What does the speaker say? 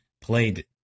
played